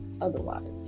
otherwise